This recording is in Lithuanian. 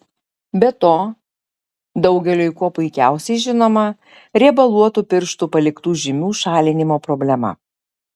be to daugeliui kuo puikiausiai žinoma riebaluotų pirštų paliktų žymių šalinimo problema